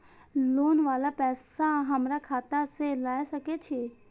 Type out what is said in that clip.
Loan वाला पैसा हमरा खाता से लाय सके छीये?